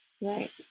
Right